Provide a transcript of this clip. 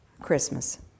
Christmas